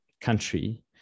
country